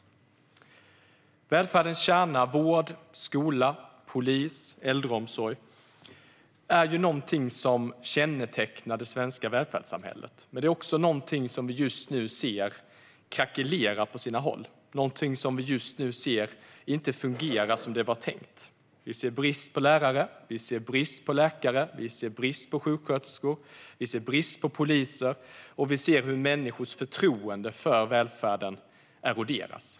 Välfärdens kärna, vård, skola, polis och äldreomsorg, är något som kännetecknar det svenska välfärdssamhället. Men det är också något som vi just nu ser krackelera på sina håll. Vi ser att det inte fungerar som det var tänkt. Vi ser brist på lärare, läkare, sjuksköterskor och poliser. Vi ser även hur människors förtroende för välfärden eroderas.